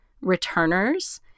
returners